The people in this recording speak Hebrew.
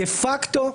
דה פקטו,